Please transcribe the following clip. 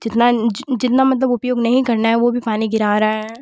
जितना जितना मतलब उपयोग नहीं करना वो भी पानी गिरा है